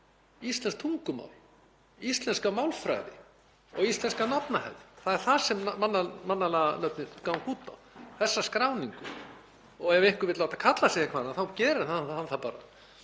íslenskt tungumál, íslenska málfræði og íslenska nafnahefð. Það er það sem mannanafnalögin ganga út á, þessa skráningu. Ef einhver vill láta kalla sig eitthvað annað þá gerir hann það bara.